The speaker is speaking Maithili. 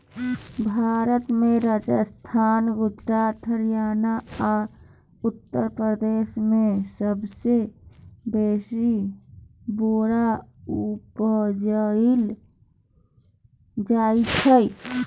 भारत मे राजस्थान, गुजरात, हरियाणा आ उत्तर प्रदेश मे सबसँ बेसी बोरा उपजाएल जाइ छै